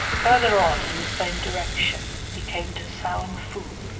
further on in the same direction he came to saianfu,